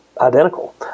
identical